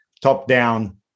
top-down